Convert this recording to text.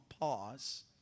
pause